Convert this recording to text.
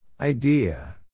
Idea